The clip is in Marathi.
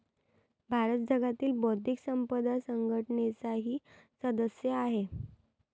भारत जागतिक बौद्धिक संपदा संघटनेचाही सदस्य आहे